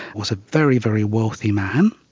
was a very, very wealthy man,